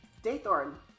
Daythorn